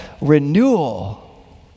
renewal